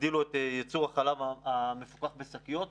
הגדילו את ייצור החלב המפוקח בשקיות,